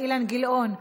אילן גילאון,